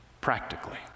practically